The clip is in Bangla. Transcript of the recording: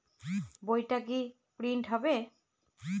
বইটা কি প্রিন্ট হবে?